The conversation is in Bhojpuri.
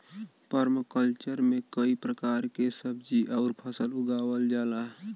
पर्मकल्चर में कई प्रकार के सब्जी आउर फसल उगावल जाला